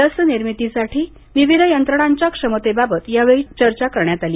लस निर्मितीसाठीची विविध यंत्रणांच्या क्षमतेबाबत यावेळी चर्चा करण्यात आली